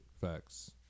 Facts